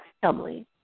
family